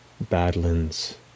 badlands